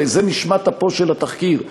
הרי זה נשמת אפו של התחקיר.